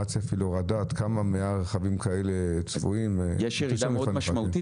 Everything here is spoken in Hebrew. מה הצפי להורדת --- יש ירידה מאוד משמעותית,